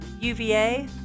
UVA